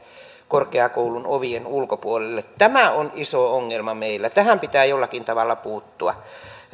korkeakoulun ovien ulkopuolelle jäi satatuhatta nuorta tämä on iso ongelma meillä tähän pitää jollakin tavalla puuttua